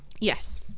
Yes